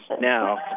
now